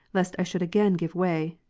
lest i should again give way,